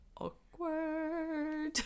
awkward